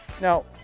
now